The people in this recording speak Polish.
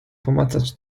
pomacać